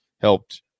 helped